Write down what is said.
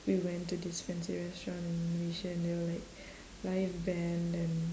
we went to this fancy restaurant in malaysia and there were like live band and